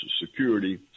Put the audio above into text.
Security